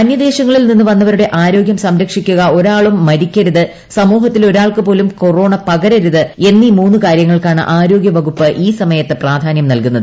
അന്യദേശങ്ങളിൽ നിന്നും വന്നവരുടെ ആരോഗ്യം സംരക്ഷിക്കുക ഒരാളും മരിക്കരുത് സമൂഹത്തിൽ ഒരാൾക്ക് പോലും കൊറോണ പകരരുത് എന്നീ മൂന്ന് കാര്യങ്ങൾക്കാണ് ആരോഗ്യ വകുപ്പ് ഈ സമയത്ത് പ്രാധാന്യം നൽകുന്നത്